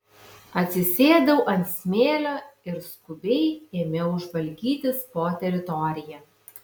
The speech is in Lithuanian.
atsisėdau ant smėlio ir skubiai ėmiau žvalgytis po teritoriją